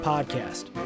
podcast